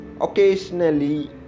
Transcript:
Occasionally